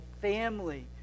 family